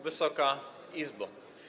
Wysoka Izbo!